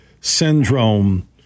syndrome